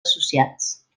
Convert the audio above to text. associats